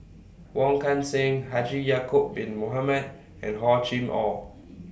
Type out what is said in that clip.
Wong Kan Seng Haji Ya'Acob Bin Mohamed and Hor Chim Or